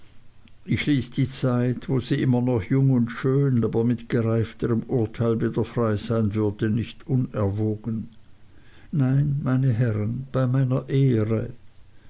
ich ließ die zeit wo sie immer noch jung und schön aber mit gereifterem urteil wieder frei sein würde nicht unerwogen nein meine herren bei meiner ehre